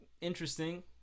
interesting